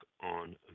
on